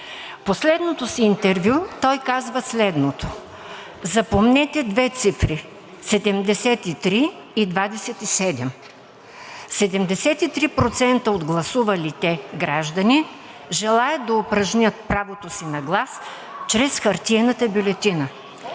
последното си интервю той казва следното: „Запомнете две цифри 73 и 27 – 73% от гласувалите граждани желаят да упражнят правото си на глас чрез хартиената бюлетина.